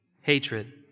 hatred